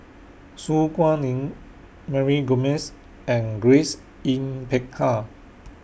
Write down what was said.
Su Guaning Mary Gomes and Grace Yin Peck Ha